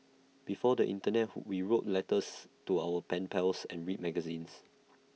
before the Internet who we wrote letters to our pen pals and read magazines